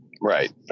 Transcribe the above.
Right